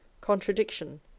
contradiction